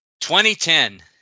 2010